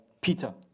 Peter